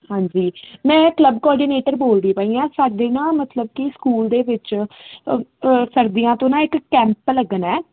ਹਾਂਜੀ ਮੈਂ club coordinator ਬੋਲਦੀ ਪਈ ਆ ਸਾਡੇ ਨਾ ਮਤਲਬ ਕਿ ਸਕੂਲ ਦੇ ਵਿੱਚ ਸਰਦੀਆਂ ਤੋਂ ਨਾ ਇੱਕ ਕੈਂਪ ਲੱਗਣਾ